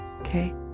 Okay